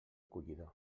collidor